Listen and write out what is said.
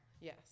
yes